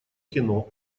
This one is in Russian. кино